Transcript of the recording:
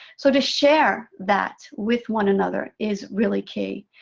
so to share that with one another is really key.